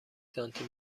سانتی